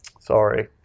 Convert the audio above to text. Sorry